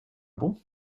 bon